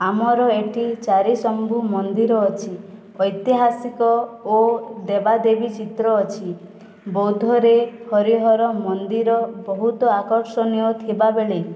ଆମର ଏଠି ଚାରିଶମ୍ବୁ ମନ୍ଦିର ଅଛି ଐତିହାସିକ ଓ ଦେବାଦେବୀ ଚିତ୍ର ଅଛି ବୌଦରେ ହରିହର ମନ୍ଦିର ବହୁତ ଆକର୍ଷଣୀୟ ଥିବାବେଳେ